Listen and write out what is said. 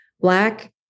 Black